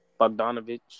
Bogdanovich